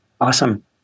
Awesome